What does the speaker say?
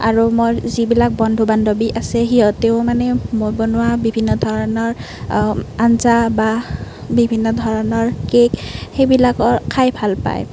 আৰু মোৰ যিবিলাক বন্ধু বান্ধৱী আছে সিহঁতেও মানে মই বনোৱা বিভিন্ন ধৰণৰ আঞ্জা বা বিভিন্ন ধৰণৰ কেক সেইবিলাকো খাই ভাল পায়